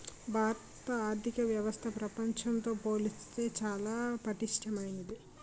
భారత ఆర్థిక వ్యవస్థ ప్రపంచంతో పోల్చితే చాలా పటిష్టమైంది